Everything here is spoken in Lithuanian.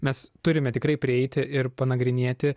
mes turime tikrai prieiti ir panagrinėti